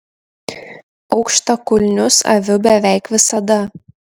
aukštakulnius aviu beveik visada